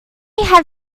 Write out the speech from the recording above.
have